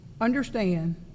understand